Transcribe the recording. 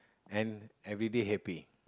and everyday happy